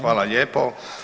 Hvala lijepo.